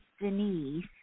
Denise